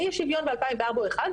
אי השוויון ב- 2004 הוא אחד,